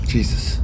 Jesus